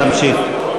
תמשיך.